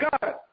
God